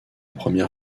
première